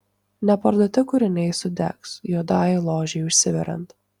neparduoti kūriniai sudegs juodajai ložei užsiveriant